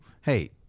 hey